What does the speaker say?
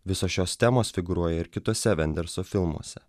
visos šios temos figūruoja ir kituose venderso filmuose